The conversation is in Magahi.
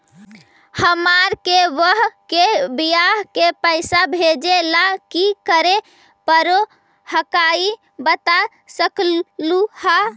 हमार के बह्र के बियाह के पैसा भेजे ला की करे परो हकाई बता सकलुहा?